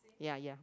ya ya